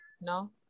no